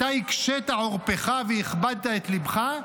אתה הקשית עורפך והכבדת את ליבך,